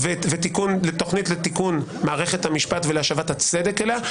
והתכנית לתיקון מערכת המשפט והשבת הצדק אליה,